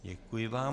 Děkuji vám.